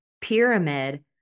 pyramid